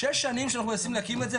שש שנים שאנחנו מנסים את זה,